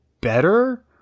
better